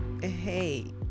hey